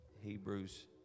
Hebrews